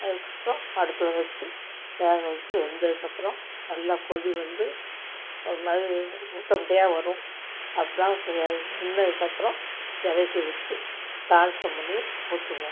அதுக்கப்புறோம் அடுப்பில் வச்சி வேக வச்சி வெந்ததுக்கப்பபுறோம் நல்லா கொதி வந்து ஒரு மாதிரி முட்டை முட்டையாக வரும் வெந்ததுக்கப்றோம் இறக்கி வச்சி தாளிசம் பண்ணி ஊற்றுவோம்